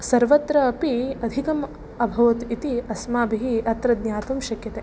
सर्वत्रापि अधिकम् अभवत् इति अस्माभिः अत्र ज्ञातुं शक्यते